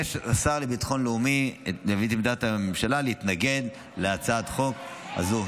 מבקש השר לביטחון לאומי להביא את עמדת הממשלה להתנגד להצעת החוק הזו.